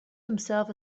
himself